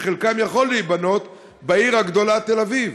שחלקן יכולות להיבנות בעיר הגדולה תל-אביב?